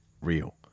real